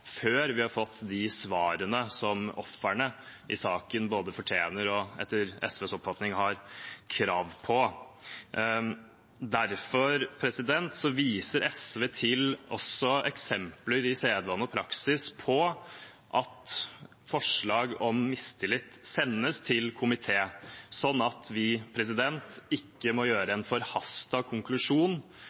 før vi har fått de svarene som ofrene i saken både fortjener og etter SVs oppfatning har krav på. Derfor viser SV til eksempler i sedvane og praksis på at forslag om mistillit sendes til komité, sånn at vi ikke må gjøre en forhastet konklusjon